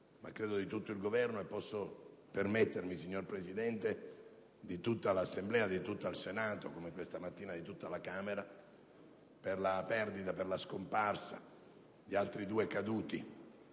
ma, credo, di tutto il Governo e - se posso permettermi, signor Presidente - di tutta l'Assemblea, di tutto il Senato, come, questa mattina, di tutta la Camera, per la scomparsa di altri due militari,